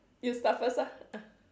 you start first ah